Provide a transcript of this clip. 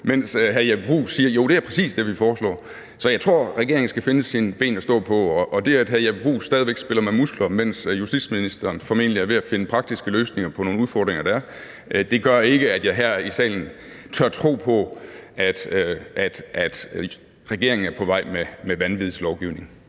mens hr. Jeppe Bruus siger, at det lige præcis er det, vi foreslår. Så jeg tror, at regeringen skal finde sine ben at stå på. Og det, at hr. Jeppe Bruus stadig væk spiller med musklerne, mens justitsministeren formentlig er ved at finde praktiske løsninger på nogle udfordringer, der er, gør ikke, at jeg i salen tør tro på, at regeringen er på vej med vanvidslovgivning.